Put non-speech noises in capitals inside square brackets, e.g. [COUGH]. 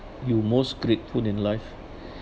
you most grateful in life [BREATH]